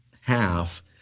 half